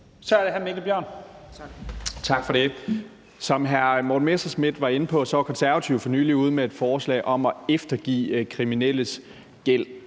Kl. 16:36 Mikkel Bjørn (DF): Tak for det. Som hr. Morten Messerschmidt var inde på, var Konservative for nylig ude med et forslag om at eftergive kriminelles gæld,